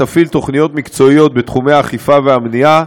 תפעיל תוכניות מקצועיות בתחומי האכיפה והמניעה,